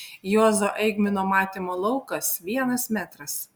juozo eigmino matymo laukas vienas metras